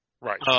Right